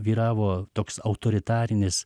vyravo toks autoritarinis